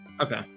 Okay